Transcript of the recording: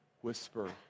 whisper